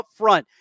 upfront